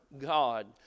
God